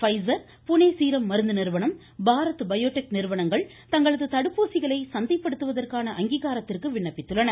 Faiszer Pune serum மருந்து நிறுவனம் Bharat Biotech நிறுவனங்கள் தங்களது தடுப்பூசிகளை சந்தைப்படுத்துவதற்கான அங்கீகாரத்திற்கு விண்ணப்பித்துள்ளன